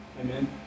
Amen